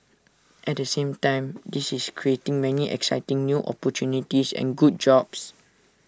at the same time this is creating many exciting new opportunities and good jobs